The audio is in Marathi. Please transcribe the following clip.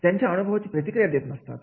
त्यांच्या अनुभवाची प्रतिक्रिया देत नसतात